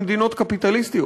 במדינות קפיטליסטיות.